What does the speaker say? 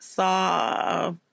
saw